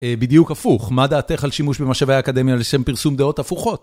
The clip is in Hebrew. בדיוק הפוך, מה דעתך על שימוש במשאבי האקדמיה לשם פרסום דעות הפוכות?